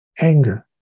anger